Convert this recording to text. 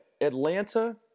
Atlanta